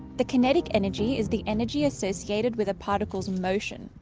the kinetic energy is the energy associated with a particles motion,